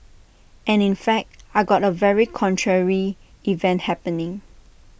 and in fact I got A very contrary event happening